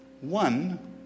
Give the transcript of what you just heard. One